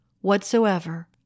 whatsoever